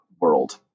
world